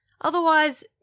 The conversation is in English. otherwise